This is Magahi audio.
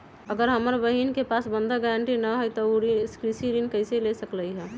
अगर हमर बहिन के पास बंधक गरान्टी न हई त उ कृषि ऋण कईसे ले सकलई ह?